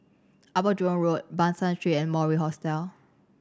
Upper Jurong Road Ban San Street and Mori Hostel